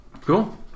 Cool